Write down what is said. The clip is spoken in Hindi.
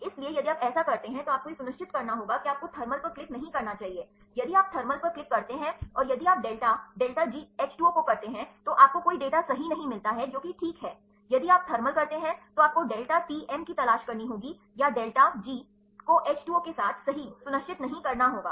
इसलिए यदि आप ऐसा करते हैं तो आपको यह सुनिश्चित करना होगा कि आपको थर्मल पर क्लिक नहीं करना चाहिए यदि आप थर्मल पर क्लिक करते हैं और यदि आप डेल्टा डेल्टा GH 2 O को करते हैं तो आपको कोई डेटा सही नहीं मिलता है जो कि ठीक है यदि आप थर्मल करते हैं तो आपको डेल्टा टीएम की तलाश करनी होगी या डेल्टा डेल्टा जी को एच 2 ओ के साथ सही सुनिश्चित नहीं करना होगा